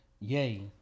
Yay